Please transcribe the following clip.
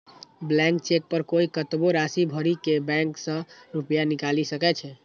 blank cheque पर कोइ कतबो राशि भरि के बैंक सं रुपैया निकालि सकै छै